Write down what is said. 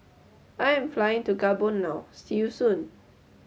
I am flying to Gabon now see you soon